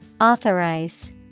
Authorize